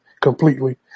completely